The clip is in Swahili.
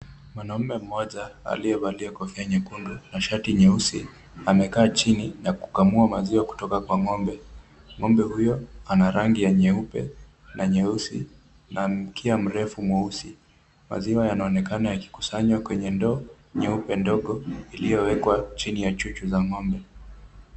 Mwanaume mmoja aliyevalia kofia nyekundu na shati nyeusi, amekaa chini na kukamua maziwa kutoka kwa ng'ombe. Ng'ombe huyo an rangi ya nyeupe na nyeusi na mkia mrefu mweusi. Maziwa yanaonekana yakikusanywa kwenye ndoo nyeupe ndogo iliyowekwa chini ya chuchu za ng'ombe.